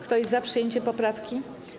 Kto jest za przyjęciem poprawki?